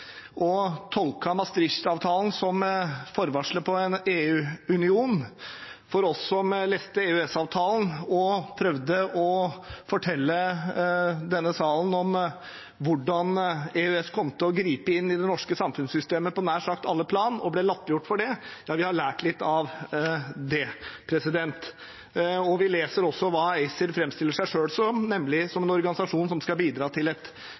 og tolket Maastricht-avtalen som forvarselet om en EU-union, vi som leste EØS-avtalen og prøvde å fortelle denne salen om hvordan EØS kom til å gripe inn i det norske samfunnssystemet på nær sagt alle plan, og ble latterliggjort for det, vi har lært litt av det. Vi leser også hva ACER framstiller seg selv som, nemlig som en organisasjon som skal bidra til et